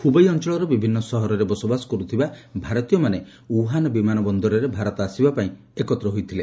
Hubei ଅଞ୍ଚଳର ବିଭିନ୍ନ ସହରରେ ବସବାସ କରୁଥିବା ଭାରତୀୟମାନେ ଉହାନ ବିମାନ ବନ୍ଦରରେ ଭାରତ ଆସିବା ପାଇଁ ଏକତ୍ର ହୋଇଥିଲେ